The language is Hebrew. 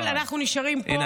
קודם כול, אנחנו נשארים פה כדי